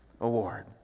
Award